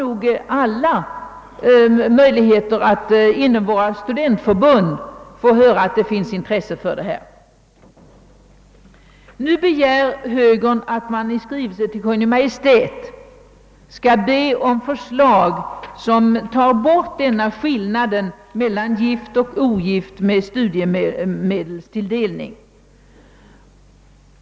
Vi har möjlighet att av våra studentförbund få höra att det finns intresse för saken. Högern begär nu, att riksdagen i skrivelse till Kungl. Maj:t skall be om förslag till avskaffande av denna skillnad mellan gift och ogift i fråga om studiemedelstilldelning.